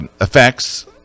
effects